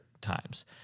times